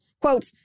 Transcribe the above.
quote